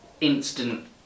instant